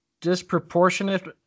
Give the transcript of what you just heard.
disproportionate